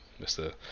Mr